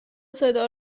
صدا